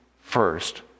first